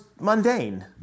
mundane